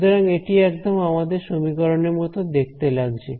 সুতরাং এটি একদম আমাদের সমীকরণের মত দেখতে লাগছে